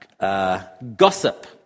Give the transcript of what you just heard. Gossip